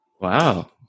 Wow